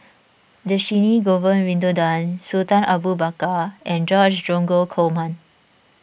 Dhershini Govin Winodan Sultan Abu Bakar and George Dromgold Coleman